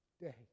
day